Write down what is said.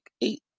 eight